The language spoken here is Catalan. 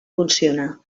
funcionar